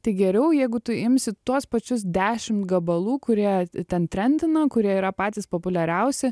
tai geriau jeigu tu imsi tuos pačius dešim gabalų kurie ten trendina kurie yra patys populiariausi